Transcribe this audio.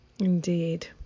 indeed